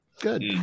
Good